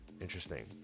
Interesting